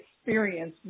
experience